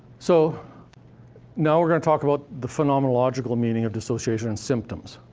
so now, we're gonna talk about the phenomenological meaning of dissociation, and symptoms.